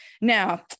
Now